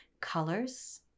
colors